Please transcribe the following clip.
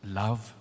love